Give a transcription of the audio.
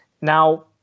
Now